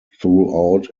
throughout